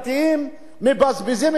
מבזבזים את זמנם,